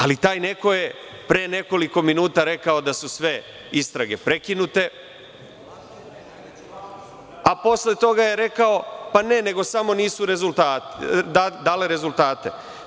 Ali, taj neko je pre nekoliko minuta rekao da su sve istrage prekinute, a posle toga je rekao pa ne samo nisu dale rezultate.